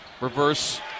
reverse